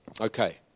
Okay